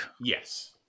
Yes